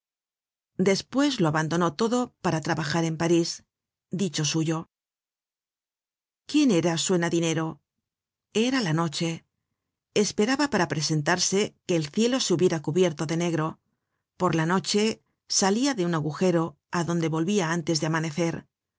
despues lo abandonó todo para trabajar en parís dicho suyo quién era suena dinero era la noche esperaba para presentarse que el cielo se hubiera cubierto de negro por la noche salia de un agujero á donde volvia antes de amanecer